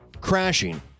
crashing